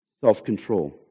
self-control